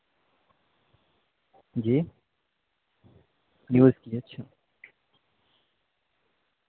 جی جی ہوتی اچھا